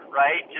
right